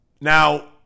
now